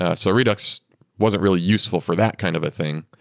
ah so redux wasn't really useful for that kind of thing,